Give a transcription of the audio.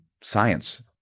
science